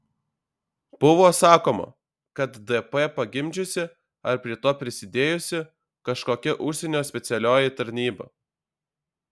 buvo sakoma kad dp pagimdžiusi ar prie to prisidėjusi kažkokia užsienio specialioji tarnyba